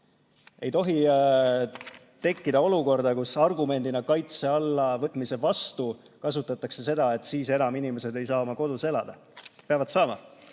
Ei tohi tekkida olukorda, kus argumendina kaitse alla võtmise vastu kasutatakse seda, et siis enam inimesed ei saa oma kodus elada. Peavad saama!